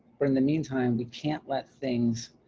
but in the meantime, we can't let things